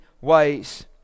ways